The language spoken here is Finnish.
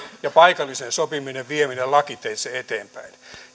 ja paikallisen sopimisen vieminen lakiteitse eteenpäin